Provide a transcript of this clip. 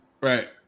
Right